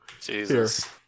jesus